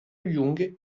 yung